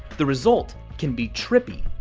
the result can be trippy.